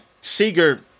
Seager